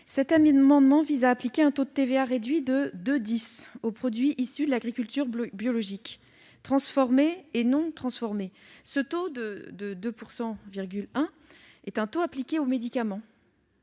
Cet amendement vise à appliquer un taux de TVA réduit de 2,10 % aux produits issus de l'agriculture biologique, transformés et non transformés. Ce taux est aujourd'hui appliqué aux médicaments.